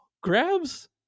grabs